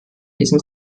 diesem